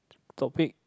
topic